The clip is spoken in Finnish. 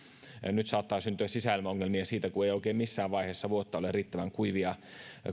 nyt saattaa syntyä sisäilmaongelmia siitä kun ei oikein missään vaiheessa vuotta ole riittävän kuivia